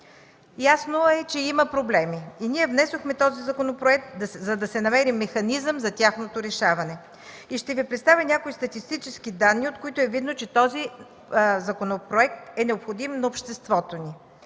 Ясно е, че има проблеми. Ние внесохме този законопроект, за да се намери механизъм за тяхното решаване. Ще Ви представя някои статистически данни, от които е видно, че този законопроект е необходим на обществото ни.